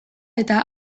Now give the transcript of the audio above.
eta